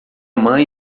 mãe